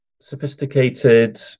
sophisticated